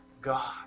God